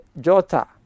Jota